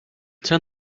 turn